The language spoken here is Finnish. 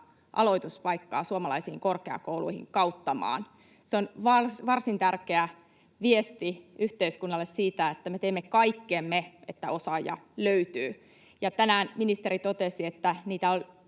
aloituspaikkaa suomalaisiin korkeakouluihin kautta maan — se on varsin tärkeä viesti yhteiskunnalle siitä, että me teemme kaikkemme, että osaajia löytyy — ja tänään ministeri totesi, että niitä on